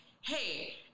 Hey